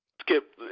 Skip